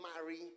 marry